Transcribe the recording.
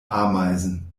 ameisen